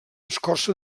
escorça